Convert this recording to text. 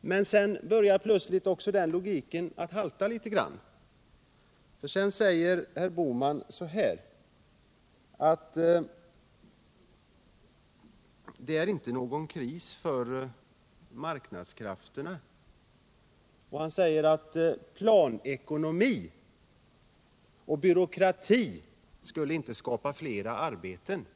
Men sedan börjar logiken att halta litet. Herr Bohman sade nämligen att det inte är någon kris för marknadskrafterna och att planekonomi och byråkrati inte skulle kunna skapa fler arbeten.